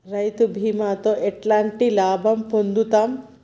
రైతు బీమాతో ఎట్లాంటి లాభం పొందుతం?